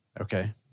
Okay